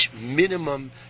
minimum